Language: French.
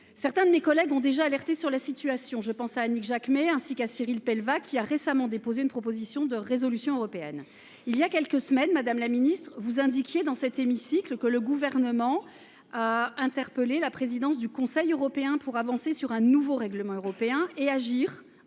Certains de mes collègues ont déjà alerté le Gouvernement sur ce danger : je pense à Annick Jacquemet, ainsi qu’à Cyril Pellevat, qui a récemment déposé une proposition de résolution européenne. Il y a quelques semaines, madame la ministre, vous indiquiez, dans cet hémicycle, que le Gouvernement avait interpellé la présidence du Conseil européen pour avancer sur un nouveau règlement, et qu’il